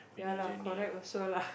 ya lah correct also lah